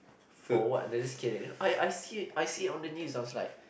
for what does it kidding I see I see on the news I was like